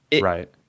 right